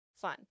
fun